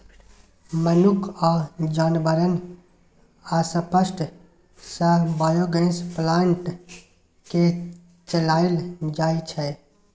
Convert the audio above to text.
मनुख आ जानबरक अपशिष्ट सँ बायोगैस प्लांट केँ चलाएल जाइ छै